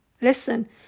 listen